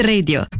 Radio